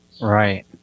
Right